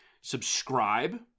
subscribe